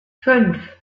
fünf